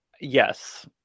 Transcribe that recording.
Yes